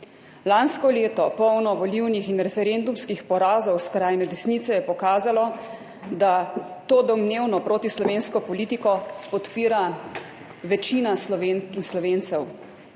Lansko leto, polno volilnih in referendumskih porazov skrajne desnice, je pokazalo, da to domnevno protislovensko politiko podpira večina Slovenk